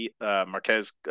Marquez